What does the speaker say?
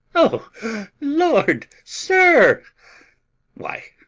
o lord, sir why,